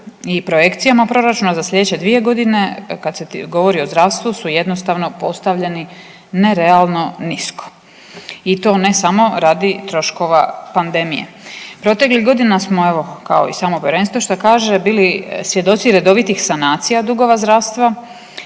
i projekcijama proračuna za sljedeće 2 godine kad se govori o zdravstvu su jednostavno postavljeni nerealno nisko i to ne samo radi troškova pandemije. Proteklih godina smo, evo, kao i samo Povjerenstvo što kaže bili svjedoci redovitih sanacija dugova zdravstva,